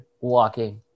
walking